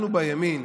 אנחנו בימין